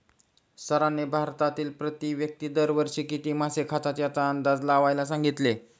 सरांनी भारतातील प्रति व्यक्ती दर वर्षी किती मासे खातात याचा अंदाज लावायला सांगितले?